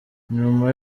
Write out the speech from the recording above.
nyuma